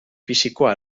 fisikoa